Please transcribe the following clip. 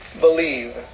believe